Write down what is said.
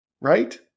right